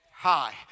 Hi